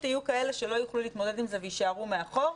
יהיו כאלה שלא יוכלו להתמודד עם זה ויישארו מאחור.